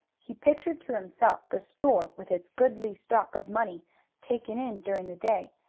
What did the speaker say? he pictured to himself the store with its goodly stock of money taken in during the day,